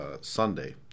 Sunday